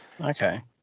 Okay